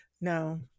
No